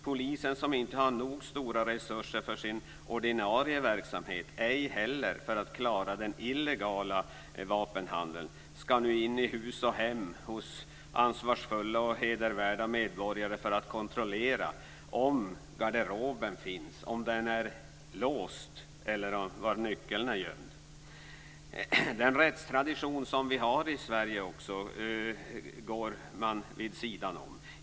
Polisen, som inte har nog stora resurser för sin ordinarie verksamhet och ej heller för att klara den illegala vapenhandeln, ska nu in i hus och hem hos ansvarsfulla och hedervärda medborgare för att kontrollera om garderoben finns, om den är låst och var nyckeln är gömd. Man går också vid sidan om den rättstradition som vi har i Sverige.